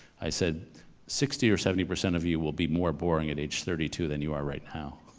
i said sixty or seventy percent of you will be more boring at age thirty two, than you are right now.